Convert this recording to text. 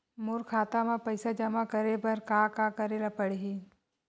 मोर खाता म पईसा जमा करे बर का का करे ल पड़हि?